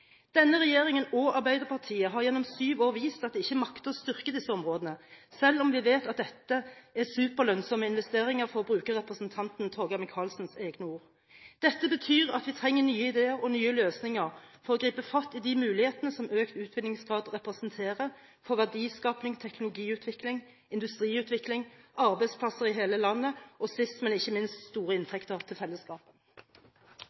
Denne regjeringen og Arbeiderpartiet har gjennom syv år vist at de ikke makter å styrke disse områdene, selv om vi vet at dette er «superlønnsomme investeringer», for å bruke representanten Torgeir Micaelsens egne ord. Dette betyr at vi trenger nye ideer og nye løsninger for å gripe fatt i de mulighetene som økt utvinningsgrad representerer for verdiskaping, teknologiutvikling, industriutvikling, arbeidsplasser i hele landet og sist, men ikke minst store